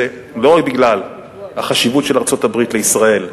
לא רק בגלל החשיבות של ארצות-הברית לישראל,